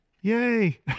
yay